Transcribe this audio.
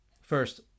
first